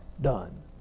done